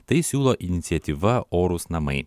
tai siūlo iniciatyva orūs namai